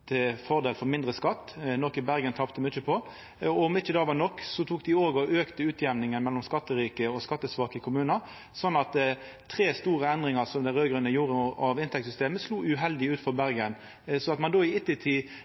til fordel for mindre skatt, noko Bergen tapte mykje på. Som om ikkje det var nok, auka dei også utjamninga mellom skatterike og skattesvake kommunar. Tre store endringar av inntektssystemet som dei raud-grøne gjorde, slo uheldig ut for Bergen. Når byrådet i Bergen i ettertid